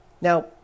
Now